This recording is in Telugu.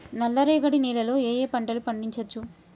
నల్లరేగడి నేల లో ఏ ఏ పంట లు పండించచ్చు?